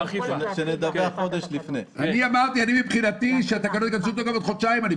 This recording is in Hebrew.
אמרתי שמבחינתי שהתקנות ייכנסו לתוקף בעוד חודשיים.